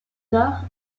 tard